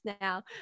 now